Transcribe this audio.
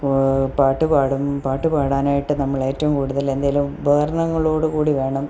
കോ പാട്ട് പാടും പാട്ട് പാടാനായിട്ട് നമ്മൾ ഏറ്റവും കൂടുതൽ എന്തെങ്കിലും ഉപകരണങ്ങളോടു കൂടി വേണം